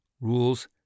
rules